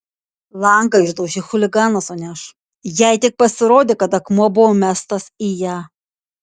langą išdaužė chuliganas o ne aš jai tik pasirodė kad akmuo buvo mestas į ją